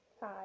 Hi